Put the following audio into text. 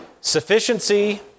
sufficiency